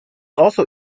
also